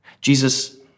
Jesus